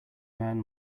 man